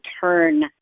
turn